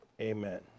Amen